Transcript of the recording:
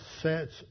sets